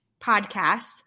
podcast